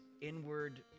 inward